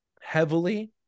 heavily